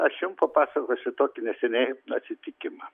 aš jum papasakosiu tokį neseniai atsitikimą